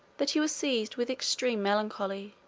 that he was seized with extreme melancholy,